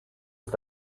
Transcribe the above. ist